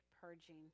purging